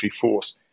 force